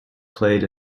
played